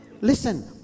Listen